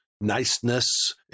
niceness